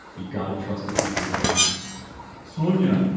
you gotta trust the people you're working with sonya